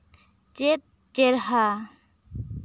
ᱪᱮᱫ ᱪᱮᱨᱦᱟ